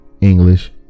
English